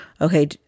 Okay